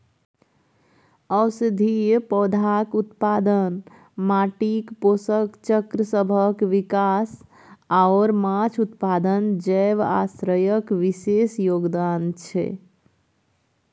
औषधीय पौधाक उत्पादन, माटिक पोषक चक्रसभक विकास आओर माछ उत्पादन जैव आश्रयक विशेष योगदान छै